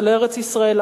של ארץ-ישראל,